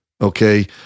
okay